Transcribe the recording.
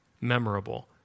Memorable